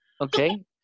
okay